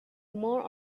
more